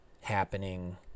happening